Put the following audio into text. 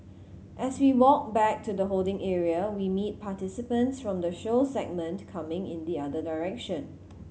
as we walk back to the holding area we meet participants from the show segment coming in the other direction